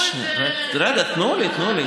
רגע, תנו לי.